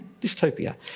Dystopia